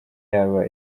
yaba